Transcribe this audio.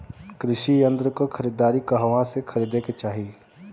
कृषि यंत्र क खरीदारी कहवा से खरीदे के चाही?